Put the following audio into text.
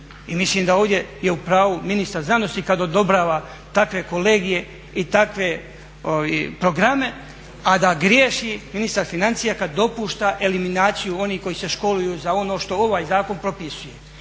I mislim da ovdje je u pravu ministar znanosti kad odobrava takve kolegije i takve programe, a da griješi ministar financija kad dopušta eliminaciju onih koji se školuju za ono što ovaj zakon propisuje.